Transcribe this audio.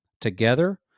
Together